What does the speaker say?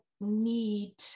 need